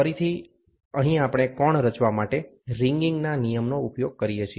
ફરીથી અહીં આપણે કોણ રચવા માટે રિંગિંગના નિયમનો ઉપયોગ કરીએ છીએ